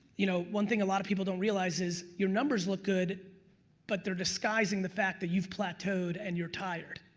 you know, one thing a lot of people don't realize is your numbers look good but they disguising the fact that you've plateaued and you're tired.